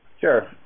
Sure